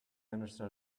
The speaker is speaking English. understood